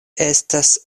estas